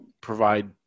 provide